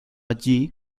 allí